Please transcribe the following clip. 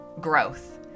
growth